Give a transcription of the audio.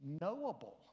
knowable